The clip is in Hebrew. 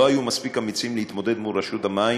לא היו מספיק אמיצות להתמודד מול רשות המים